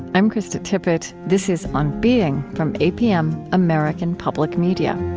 i'm krista tippett. this is on being, from apm, american public media